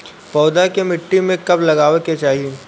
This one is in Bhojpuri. पौधा के मिट्टी में कब लगावे के चाहि?